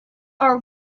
are